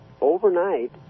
overnight